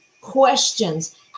questions